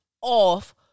off